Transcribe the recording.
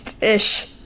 Ish